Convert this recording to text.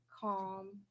Calm